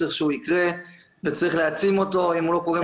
צריך שהוא יקרה וצריך להעצים אותו אם הוא לא קורה מספיק טוב.